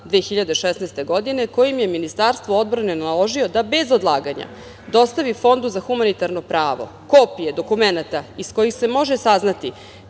2016. godine, kojem je Ministarstvo odbrane naložilo da bez odlaganja dostavi Fondu za humanitarno pravu kopije dokumenata iz kojih se može saznati